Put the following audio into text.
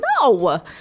No